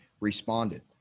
responded